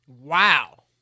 Wow